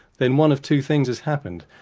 then one of two things has happened.